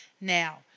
Now